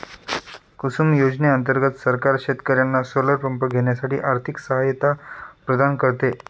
कुसुम योजने अंतर्गत सरकार शेतकर्यांना सोलर पंप घेण्यासाठी आर्थिक सहायता प्रदान करते